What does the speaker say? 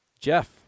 Jeff